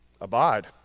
Abide